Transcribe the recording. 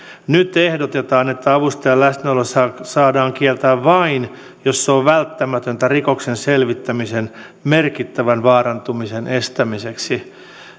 nyt ehdotetaan että avustajan läsnäolo saadaan kieltää vain jos se on välttämätöntä rikoksen selvittämisen merkittävän vaarantumisen estämiseksi